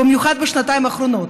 במיוחד בשנתיים האחרונות,